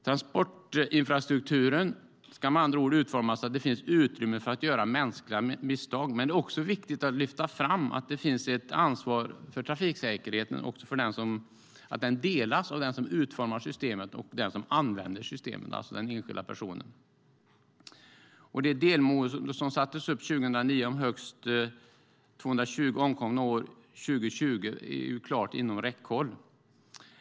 Transportinfrastrukturen ska med andra ord utformas så att det finns utrymme för att göra mänskliga misstag, men det är också viktigt att lyfta fram att ansvaret för trafiksäkerheten delas av den som utformar systemet och den som använder systemet, det vill säga den enskilda personen. Det delmål som sattes upp 2009 om högst 220 omkomna år 2020 är klart inom räckhåll.